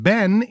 Ben